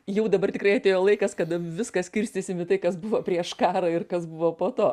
jau dabar tikrai atėjo laikas kada viską skirstysim į tai kas buvo prieš karą ir kas buvo po to